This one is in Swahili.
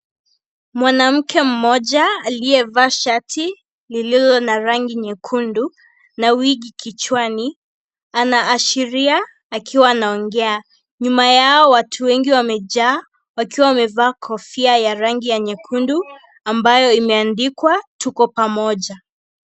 Mwanamke mmoja aliyevaa shati lililo na rangi nyekundu na wigi kichwani anaashiria akiwa anaongea , nyuma yao watu wengi wamejaa wakiwa wamevaa kofia ya rangi ya nyekundu ambayo imeandikwa tuko pamoja.